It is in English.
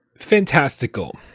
fantastical